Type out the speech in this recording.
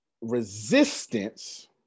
resistance